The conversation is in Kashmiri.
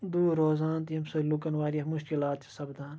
دوٗر روزان تہٕ ییٚمہِ سۭتۍ لوٗکَن واریاہ مُشکِلات چھِ سَپدان